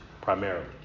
primarily